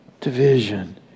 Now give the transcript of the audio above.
Division